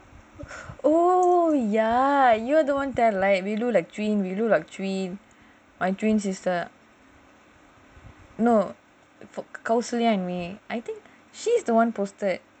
oh ya you are the [one] tell right we look like twins my twin sister no kousalya and me she's the [one] posted